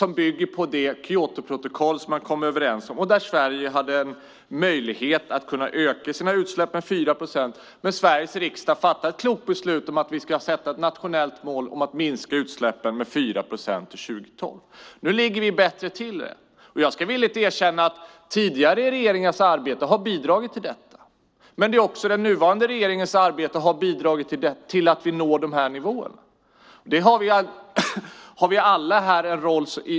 De bygger på Kyotoprotokollet där Sverige hade möjlighet att öka sina utsläpp med 4 procent, men Sveriges riksdag fattade det kloka beslutet att sätta upp ett nationellt mål om att minska utsläppen med 4 procent till 2012. Nu ligger vi bättre till. Jag ska villigt erkänna att tidigare regeringars arbete har bidragit till detta. Även den nuvarande regeringens arbete har bidragit till att vi når de här nivåerna.